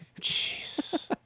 Jeez